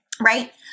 Right